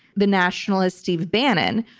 the nationalist steve bannon,